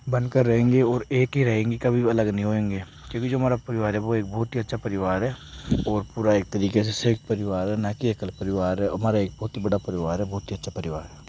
बनकर रहेंगे और एक ही रहेंगे कभी भी अलग नही होएंगे क्योकि जो हमारा परिवार है वो एक बहुत ही अच्छा परिवार है और पूरा एक तरीके से संयुक्त परिवार है न कि एकल परिवार है हमारा एक बहुत ही बड़ा परिवार है बहुत ही अच्छा परिवार है